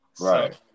Right